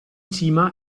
cima